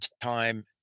time